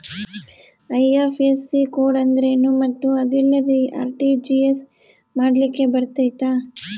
IFSC code ಅಂದ್ರೇನು ಮತ್ತು ಅದಿಲ್ಲದೆ ಆರ್.ಟಿ.ಜಿ.ಎಸ್ ಮಾಡ್ಲಿಕ್ಕೆ ಬರ್ತೈತಾ?